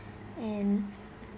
and